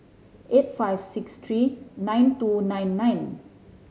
eight five six three nine two nine nine